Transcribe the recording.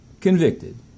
Convicted